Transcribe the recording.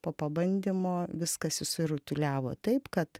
po pabandymo viskas išsirutuliavo taip kad